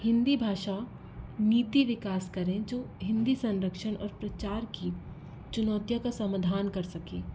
हिंदी भाषा नीति विकास करें जो हिंदी संरक्षण और प्रचार की चुनौतियाँ का समाधान कर सके